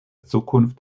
zukunft